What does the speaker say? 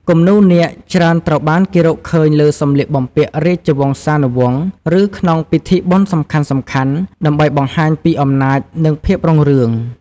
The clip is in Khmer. គំនូរនាគច្រើនត្រូវបានគេរកឃើញលើសម្លៀកបំពាក់ព្រះរាជវង្សានុវង្ស ឬក្នុងពិធីបុណ្យសំខាន់ៗ ដើម្បីបង្ហាញពីអំណាច និងភាពរុងរឿង។